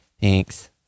thanks